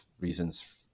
reasons